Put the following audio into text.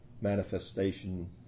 manifestation